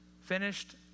finished